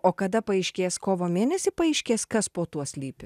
o kada paaiškės kovo mėnesį paaiškės kas po tuo slypi